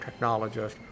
technologist